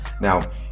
now